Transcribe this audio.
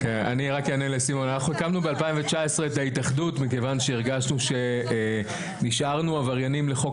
אנחנו הקמנו ב-2019 את ההתאחדות מכיוון שהרגשנו שנשארנו עבריינים לחוק